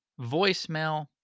voicemail